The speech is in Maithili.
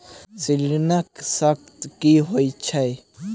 ऋणक शर्त की होइत छैक?